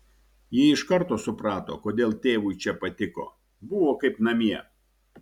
ji iš karto suprato kodėl tėvui čia patiko buvo kaip namie